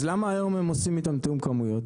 אז למה היום הם עושים איתם תיאום כמויות?